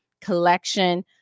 collection